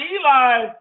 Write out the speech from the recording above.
Eli